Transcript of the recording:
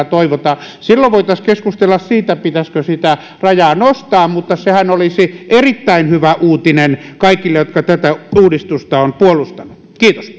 toivotaan silloin voitaisiin keskustella siitä pitäisikö sitä rajaa nostaa mutta sehän olisi erittäin hyvä uutinen kaikille jotka tätä uudistusta ovat puolustaneet kiitos